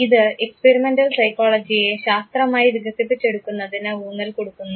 ഇത് എക്സ്പീരിമെൻറൽ സൈക്കോളജിയെ ശാസ്ത്രമായി വികസിപ്പിച്ചെടുക്കുന്നതിന് ഊന്നൽ കൊടുക്കുന്നു